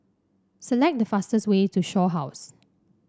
select the fastest way to Shaw House